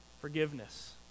forgiveness